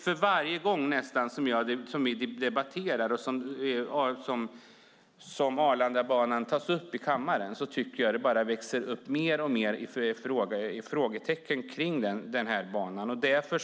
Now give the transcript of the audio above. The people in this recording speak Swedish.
För varje gång som frågan om Arlandabanan tas upp i kammaren blir frågetecknen fler och fler.